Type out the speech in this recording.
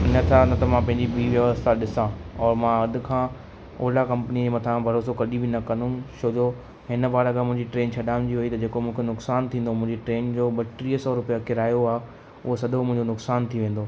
न त न त मां पंहिंजी बि व्यवस्था ॾिसा और मां अॼ खां ओला कंपनी जे मथा भरोसो कॾहिं बि न कंदुमि छो जो हिन बार अगरि मुंहिंजी ट्रेन छॾामजी वई त जेको मूंखे नुक़सान थींदो मुंहिंजी ट्रेन जो ॿटीह सौ रुपिया किरायो आहे उहो सॼो मुंहिंजो नुक़सान थी वेंदो